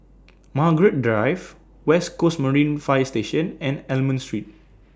Margaret Drive West Coast Marine Fire Station and Almond Street